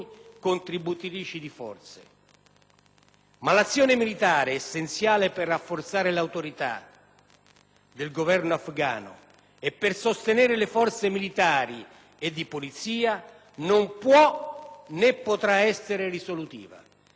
del Governo afgano e per sostenere le forze militari e di polizia, non può, né potrà, essere risolutiva. Occorrerà affiancare all'intervento militare, ancor di più di quanto fatto finora,